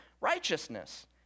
righteousness